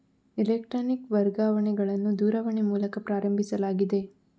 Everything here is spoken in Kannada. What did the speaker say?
ಎಲೆಕ್ಟ್ರಾನಿಕ್ ವರ್ಗಾವಣೆಗಳನ್ನು ದೂರವಾಣಿ ಮೂಲಕ ಪ್ರಾರಂಭಿಸಲಾಗಿದೆ